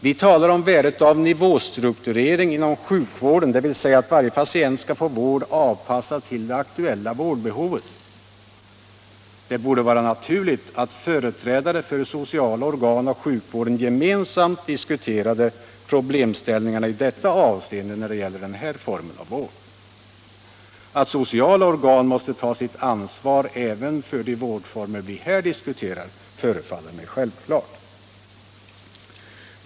Vi talar om värdet av nivåstrukturering inom sjukvården, dvs. att varje patient skall få vård avpassad till det aktuella vårdbehovet. Det borde vara naturligt att företrädare för sociala organ och sjukvården gemensamt diskuterade problemställningarna i detta avseende. Att sociala organ måste ta sitt ansvar även för de vårdformer vi här diskuterar förefaller mig självklart.